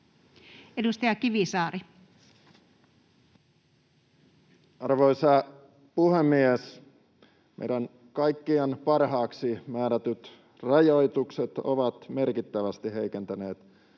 13:03 Content: Arvoisa puhemies! Meidän kaikkien parhaaksi määrätyt rajoitukset ovat merkittävästi heikentäneet